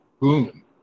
Boom